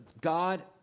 God